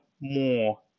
more